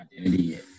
identity